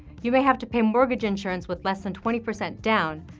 you may have to pay mortgage insurance with less than twenty percent down,